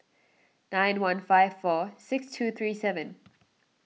nine one five four six two three seven